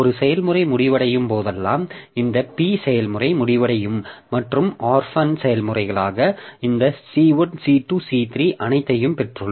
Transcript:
ஒரு செயல்முறை முடிவடையும் போதெல்லாம் இந்த P செயல்முறை முடிவடையும் மற்றும் ஆர்ஃபன் செயல்முறைகளாக இந்த C1 C2 C3 அனைத்தையும் பெற்றுள்ளோம்